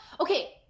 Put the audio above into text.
Okay